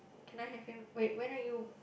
can I have him wait when are you